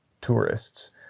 tourists